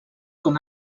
com